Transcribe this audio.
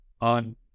on